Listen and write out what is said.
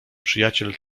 przyjaciel